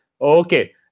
Okay